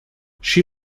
she